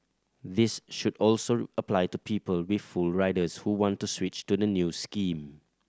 this should also apply to people with full riders who want to switch to the new scheme